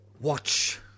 watch